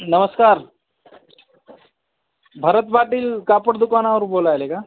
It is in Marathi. नमस्कार भरत पाटील कापड दुकानावर बोलायले का